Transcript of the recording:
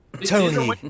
Tony